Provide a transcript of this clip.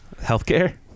Healthcare